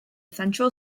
central